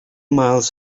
miles